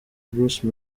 bruce